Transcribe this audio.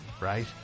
Right